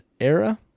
era